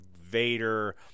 Vader